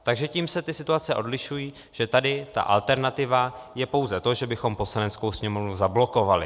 Takže tím se ty situace odlišují, že tady ta alternativa je pouze to, že bychom Poslaneckou sněmovnu zablokovali.